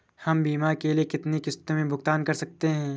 हम बीमा के लिए कितनी किश्तों में भुगतान कर सकते हैं?